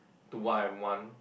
to what I want